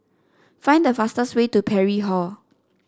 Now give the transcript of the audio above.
find the fastest way to Parry Hall